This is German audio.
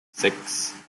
sechs